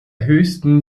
höchsten